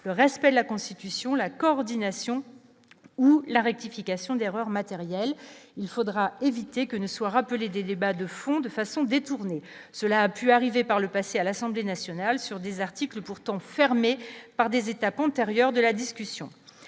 le respect de la Constitution, la coordination ou la rectification d'erreur matérielle, il faudra éviter que ne soient rappelés des débats de fond de façon détournée, cela a pu arriver par le passé à l'Assemblée nationale sur des articles pourtant fermée par des étapes antérieures de la discussion,